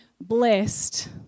blessed